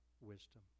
wisdom